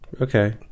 Okay